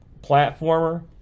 platformer